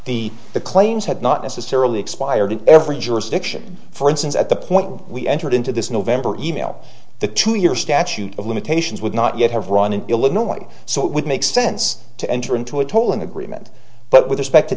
the claims had not necessarily expired in every jurisdiction for instance at the point we entered into this november email the two year statute of limitations would not yet have run in illinois so it would make sense to enter into a tolling agreement but with